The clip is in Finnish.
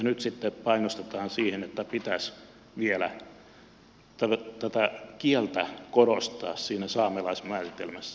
nyt sitten painostetaan siihen että pitäisi vielä kieltä korostaa siinä saamelaismääritelmässä